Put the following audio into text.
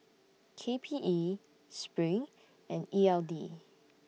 K P E SPRING and E L D